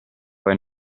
poi